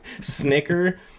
snicker